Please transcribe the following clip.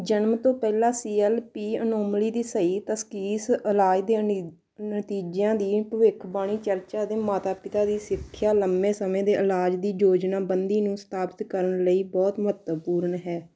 ਜਨਮ ਤੋਂ ਪਹਿਲਾ ਸੀ ਐੱਲ ਪੀ ਅਨੋਮਲੀ ਦੀ ਸਹੀ ਤਸ਼ਖ਼ੀਸ ਇਲਾਜ ਦੇ ਨਤੀਜਿਆਂ ਦੀ ਭਵਿੱਖਬਾਣੀ ਚਰਚਾ ਅਤੇ ਮਾਤਾ ਪਿਤਾ ਦੀ ਸਿੱਖਿਆ ਲੰਬੇ ਸਮੇਂ ਦੇ ਇਲਾਜ ਦੀ ਯੋਜਨਾਬੰਦੀ ਨੂੰ ਸਥਾਪਤ ਕਰਨ ਲਈ ਬਹੁਤ ਮਹੱਤਵਪੂਰਨ ਹੈ